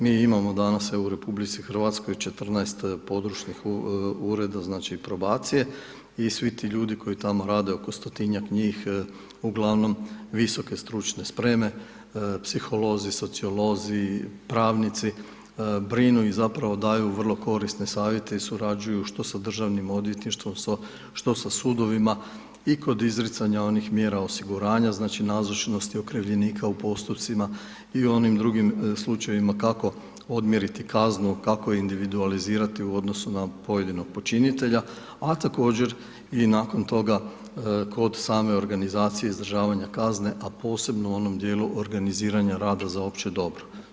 Mi imamo danas, evo u RH 14 područnih ureda probacije, i svi ti ljudi koji tamo rade, oko 100-tinjak njih uglavnom visoke stručne spreme, psiholozi, sociolozi, pravnici, brinu i zapravo daju vrlo korisne savjete i surađuju, što sa državnim odvjetništvom, što sa sudovima i kod izricanja onih mjera osiguranja, znači nazočnosti okrivljenika u postupcima i u onim drugim slučajevima kako odmjeriti kaznu, kako ju individualizirati u odnosu na pojedinog počinitelja, a također i nakon toga kod same organizacije izdržavanja kazne, a posebno u onom dijelu organiziranja rada za opće dobro.